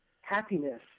happiness